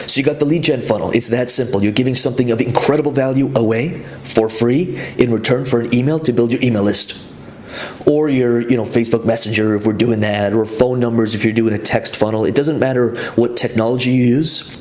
you've got the lead gen funnel. it's that simple. you're giving something of incredible value away for free in return for an email to build your email list or your you know facebook messenger, if we're doing that or phone numbers if you're doing a text funnel, it doesn't matter what technology you use,